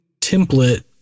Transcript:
template